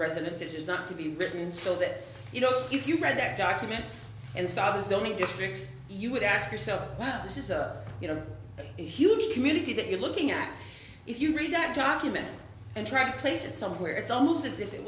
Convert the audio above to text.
residents it is not to be written so that you know if you read that document and saw the zoning district you would ask yourself wow this is a you know a huge community that you're looking at if you read that document and try to place it somewhere it's almost as if it